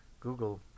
google